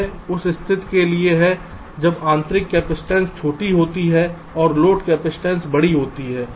यह उस स्थिति के लिए है जब आंतरिक कैपेसिटेंस छोटी होती है और लोड कैपेसिटेंस बड़ी होती है